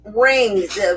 rings